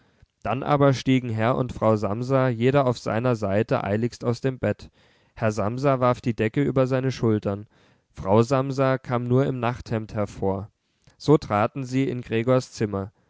dann aber stiegen herr und frau samsa jeder auf seiner seite eiligst aus dem bett herr samsa warf die decke über seine schultern frau samsa kam nur im nachthemd hervor so traten sie in gregors zimmer